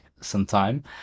sometime